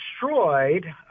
destroyed